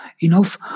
enough